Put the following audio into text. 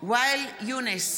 ואאל יונס,